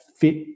fit